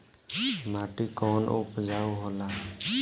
माटी कौन उपजाऊ होला?